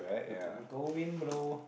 the go wind blow